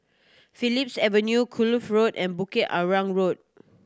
Phillips Avenue Kloof Floor and Bukit Arang Road